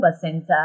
Center